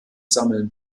sammeln